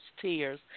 tears